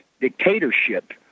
dictatorship